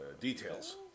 Details